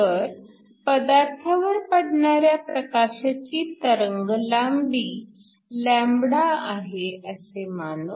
तर पदार्थावर पडणाऱ्या प्रकाशाची तरंगलांबी λ आहे असे मानू